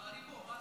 אני פה, מה עשיתי?